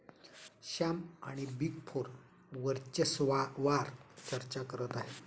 श्याम आणि big four वर्चस्वावार चर्चा करत आहेत